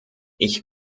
ich